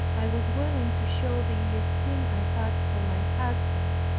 i was willing to show the esteem i had for my husband,